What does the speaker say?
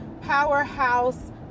powerhouse